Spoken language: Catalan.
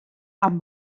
amb